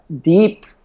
deep